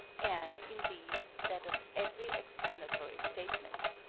and, indeed, that of every explanatory statement.